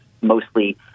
mostly